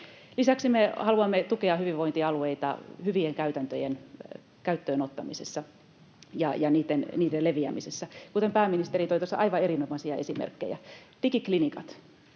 Lisäksi me haluamme tukea hyvinvointialueita hyvien käytäntöjen käyttöön ottamisessa ja niiden leviämisessä. Niistä pääministeri toi tuossa aivan erinomaisia esimerkkejä. Digiklinikat